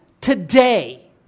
today